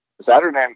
Saturday